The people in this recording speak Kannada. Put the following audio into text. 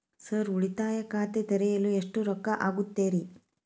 ಸರ್ ಉಳಿತಾಯ ಖಾತೆ ತೆರೆಯಲು ಎಷ್ಟು ರೊಕ್ಕಾ ಆಗುತ್ತೇರಿ?